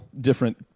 different